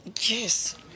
Yes